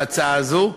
להצעה הזאת,